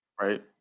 right